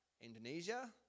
Indonesia